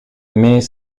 mais